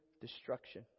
destruction